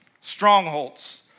Strongholds